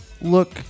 look